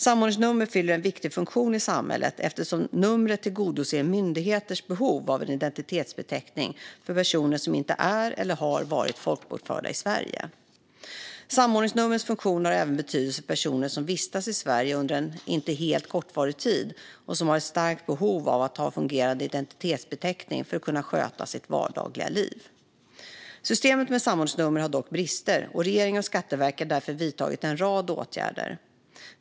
Samordningsnummer fyller en viktig funktion i samhället eftersom numret tillgodoser myndigheters behov av en identitetsbeteckning för personer som inte är eller har varit folkbokförda i Sverige. Samordningsnumrens funktion har även betydelse för personer som vistas i Sverige under en inte helt kortvarig tid och som har ett starkt behov av att ha en fungerande identitetsbeteckning för att kunna sköta sitt vardagliga liv. Systemet med samordningsnummer har dock brister, och regeringen och Skatteverket har därför vidtagit en rad åtgärder.